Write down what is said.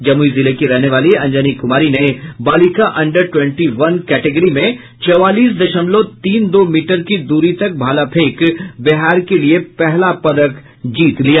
जमुई जिले की रहने वाली अंजनी कुमारी ने बालिका अंडर ट्वेंटी वन कैटेगरी में चौवालीस दशमलव तीन दो मीटर की दूरी तक भाला फेंक बिहार के लिए पहला पदक जीत लिया